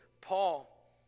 Paul